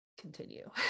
continue